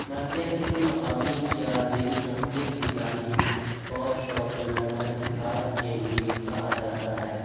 مرثیہ كسی مقامی یا عظیم شخصیت كی تعریف اور شوقینانہ اظہار کے لیے کہا جاتا ہے